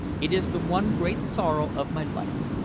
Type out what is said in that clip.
it is the one great sorrow of my life.